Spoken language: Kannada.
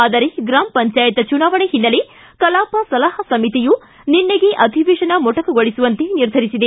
ಆದರೆ ಗ್ರಾಮಪಂಚಾಯತ್ ಚುನಾವಣೆ ಹಿನ್ನೆಲೆ ಕಲಾಪ ಸಲಹಾ ಸಮಿತಿಯು ನಿನ್ನೆಗೆ ಅಧಿವೇಶನ ಮೊಟಕುಗೊಳಿಸುವಂತೆ ನಿರ್ಧರಿಸಿದೆ